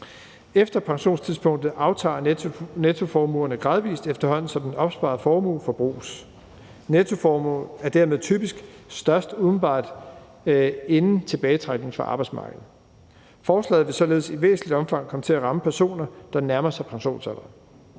Efter pensionstidspunktet aftager nettoformuerne gradvis, efterhånden som den opsparede formue forbruges. Nettoformuen er dermed typisk størst umiddelbart inden tilbagetrækning fra arbejdsmarkedet. Forslaget vil således i væsentligt omfang komme til at ramme personer, der nærmer sig pensionsalderen